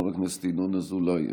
חבר הכנסת ינון אזולאי,